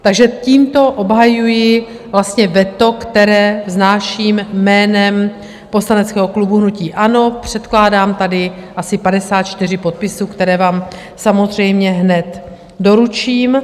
Takže tímto obhajuji vlastně veto, které vznáším jménem poslaneckého klubu hnutí ANO, předkládám tady asi 54 podpisů, které vám samozřejmě hned doručím.